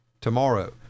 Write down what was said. tomorrow